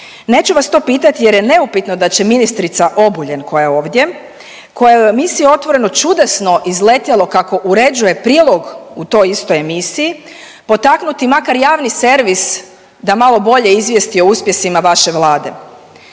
Neću vas to pitati jer je neupitno da će ministrica Obuljen koja je ovdje, kojoj je u emisiji Otvoreno čudesno izletjelo kako uređuje prilog u toj istoj emisiji potaknuti makar javni servis da malo bolje izvijesti o uspjesima vaše vlade.